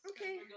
Okay